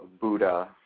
Buddha